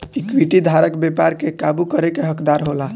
equity धारक व्यापार के काबू करे के हकदार होला